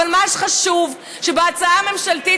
אבל מה שחשוב הוא שההצעה הממשלתית,